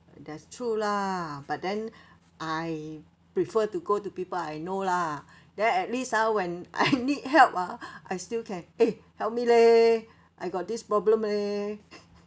that's true lah but then I prefer to go to people I know lah then at least ah when I need help ah I still can eh help me leh I got this problem leh